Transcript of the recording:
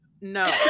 no